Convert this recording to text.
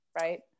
Right